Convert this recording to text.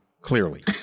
clearly